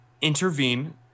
intervene